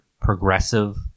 progressive